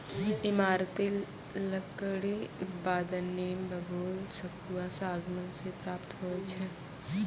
ईमारती लकड़ी उत्पादन नीम, बबूल, सखुआ, सागमान से प्राप्त होय छै